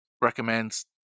recommends